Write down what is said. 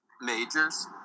majors